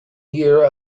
year